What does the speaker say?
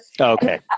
Okay